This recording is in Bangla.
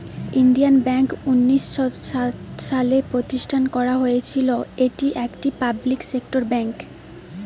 ইন্ডিয়ান ব্যাঙ্ক উনিশ শ সাত সালে প্রতিষ্ঠান করা হয়েছিল, এটি একটি পাবলিক সেক্টর বেঙ্ক